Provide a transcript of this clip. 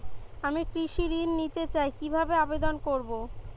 আমি কৃষি ঋণ নিতে চাই কি ভাবে আবেদন করব?